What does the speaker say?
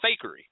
fakery